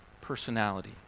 personality